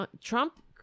Trump